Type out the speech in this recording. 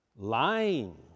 lying